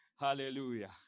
Hallelujah